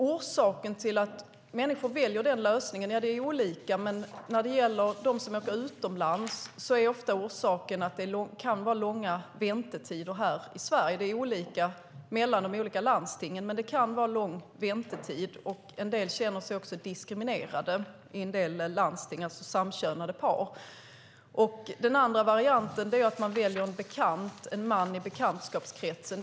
Orsakerna till att människor väljer den lösningen är olika, men när det gäller dem som åker utomlands är orsaken ofta att väntetiderna i Sverige kan vara långa. Det är olika i olika landsting, men väntetiden kan vara lång. En del samkönade par känner sig också diskriminerade i en del landsting. Den andra varianten är att välja en man i bekantskapskretsen.